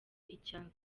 icyaka